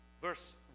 Verse